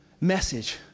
message